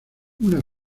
una